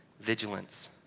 vigilance